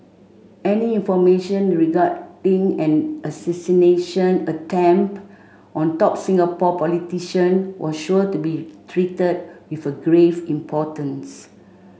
any information regarding an assassination attempt on top Singapore politician was sure to be treated with a grave importance